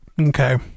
Okay